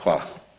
Hvala.